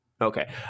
Okay